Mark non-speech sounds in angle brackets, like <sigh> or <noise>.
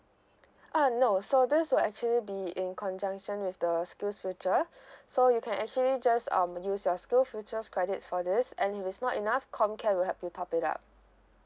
uh no so this will actually be in conjunction with the skills future <breath> so you can actually just um use your skills future credit for this and if it's not enough comcare will help you top it up